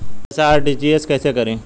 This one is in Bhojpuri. पैसा आर.टी.जी.एस कैसे करी?